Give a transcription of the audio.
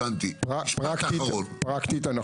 פרקטית,